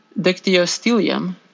Dictyostelium